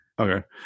Okay